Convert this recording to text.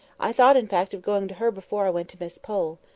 i thought, in fact, of going to her before i went to miss pole.